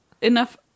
enough